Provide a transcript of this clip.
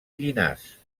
llinars